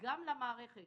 גם למערכת